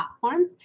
platforms